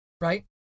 right